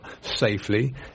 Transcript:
safely